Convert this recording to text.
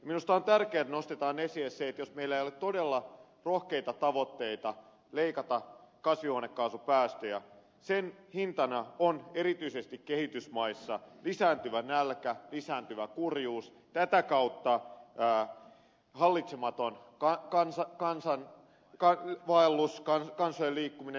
minusta on tärkeää että nostetaan esille se että jos meillä ei ole todella rohkeita tavoitteita leikata kasvihuonekaasupäästöjä sen hintana on erityisesti kehitysmaissa lisääntyvä nälkä lisääntyvä kurjuus tätä kautta hallitsematon kansainvaellus kansojen liikkuminen